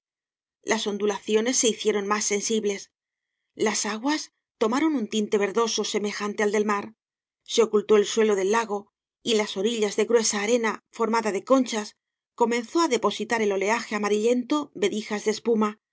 las ondulaciones se hicieron más sensibles las aguas tomaron un tinte verdoso semejante al del mar se ocultó el suelo del lago y en las orillas de gruesa arena formada de conchas comenzó á depositar el oleaje amarillentas vedijas de espuma